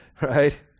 right